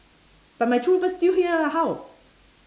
but my true love still here how